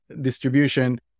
distribution